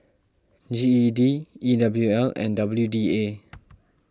G E D E W L and W D A